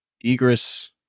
egress